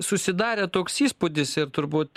susidarė toks įspūdis ir turbūt